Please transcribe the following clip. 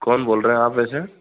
कौन बोल रहे हैं आप वैसे